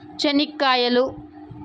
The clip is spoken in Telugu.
చెనిక్కాయలు